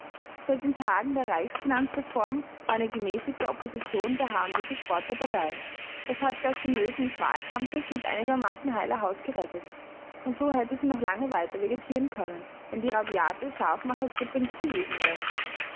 seit den tagen der reichsfinanzreform war eine gemäßigte opposition der harmlose sport der partei das hat sie aus den nöten des wahlkampfes mit einigermaßen heiler haut gerettet und so hätte sie noch lange weiter vegetieren können wenn die rabiate scharfmachergruppe nicht gewesen wäre